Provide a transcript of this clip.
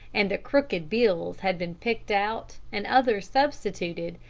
and the crooked bills had been picked out and others substituted,